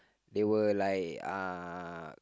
they were like uh